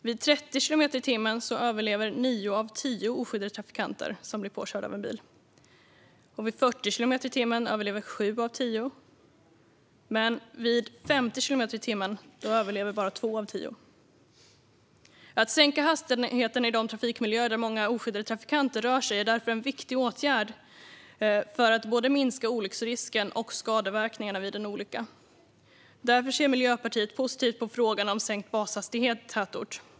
Vid 30 kilometer i timmen överlever nio av tio oskyddade trafikanter som blir påkörda av en bil. Vid 40 kilometer i timmen överlever sju av tio. Men vid 50 kilometer i timmen överlever bara två av tio. Att sänka hastigheter i de trafikmiljöer där många oskyddade trafikanter rör sig är därför en viktig åtgärd för att minska både olycksrisken och skadeverkningarna vid en olycka. Därför ser Miljöpartiet positivt på frågan om sänkt bashastighet i tätort.